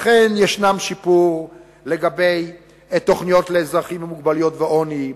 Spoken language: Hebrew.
אכן יש שיפור לגבי תוכניות לאזרחים עם מוגבלויות ועוני,